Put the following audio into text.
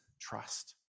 trust